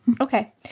Okay